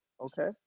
Okay